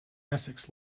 essex